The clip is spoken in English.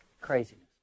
craziness